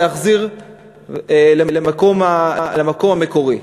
להחזירו למקום המקורי.